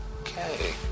Okay